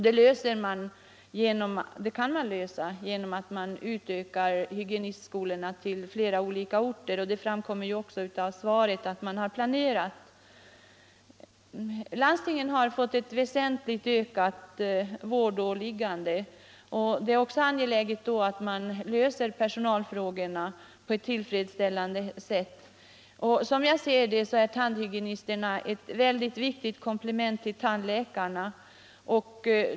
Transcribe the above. Det kan man t.ex. göra genom att utöka antalet tandhygienistskolor och förlägga dem till flera orter. Det framgår också av svaret att man har sådana planer. Landstingen har fått väsentligt vidgade vårdåligganden, och det är då också angeläget att personalfrågorna löses på ett tillfredsställande sätt. Som jag ser det är tandhygienisterna ett mycket väsentligt komplement till tandläkarna.